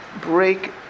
break